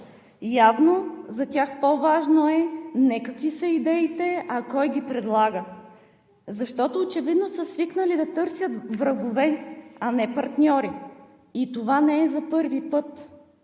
Явно за тях по-важно е не какви са идеите, а кой ги предлага, защото очевидно са свикнали да търсят врагове, а не партньори и това не е за първи път.